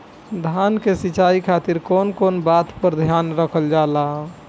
धान के सिंचाई खातिर कवन कवन बात पर ध्यान रखल जा ला?